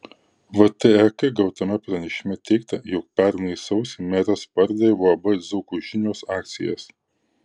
vtek gautame pranešime teigta jog pernai sausį meras pardavė uab dzūkų žinios akcijas